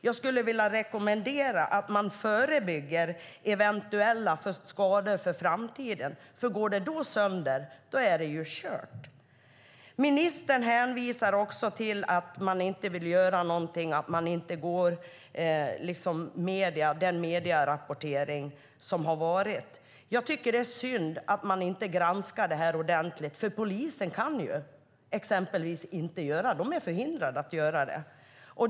Jag skulle vilja rekommendera att man förebygger eventuella skador för framtiden. Annars är det kört om det går sönder. Ministern hänvisar till att man inte vill göra någonting och att man inte går efter den medierapportering som har skett. Jag tycker att det är synd att man inte granskar detta ordentligt. Polisen kan inte göra det, exempelvis. De är förhindrade att göra det.